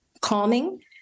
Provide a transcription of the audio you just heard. calming